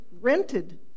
rented